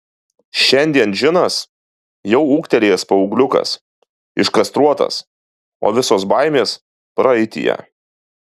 šiandien džinas jau ūgtelėjęs paaugliukas iškastruotas o visos baimės praeityje